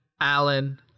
Alan